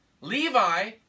Levi